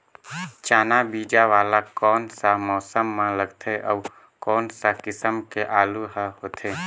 चाना बीजा वाला कोन सा मौसम म लगथे अउ कोन सा किसम के आलू हर होथे?